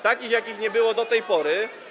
takich, jakich nie było do tej pory.